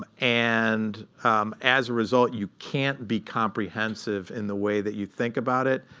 um and as a result, you can't be comprehensive in the way that you think about it.